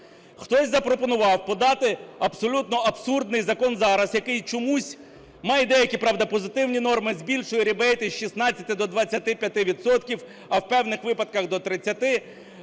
Хтось запропонував подати абсолютно абсурдний закон зараз, якийсь чомусь має деякі, правда, позитивні норми, збільшує рібейти з 16 до 25 відсотків, а в певних випадках до 30,